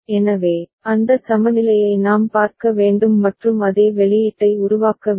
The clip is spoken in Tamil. எனவே அந்த சமநிலையை நாம் பார்க்க வேண்டும் மற்றும் அதே வெளியீட்டை உருவாக்க வேண்டும்